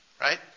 right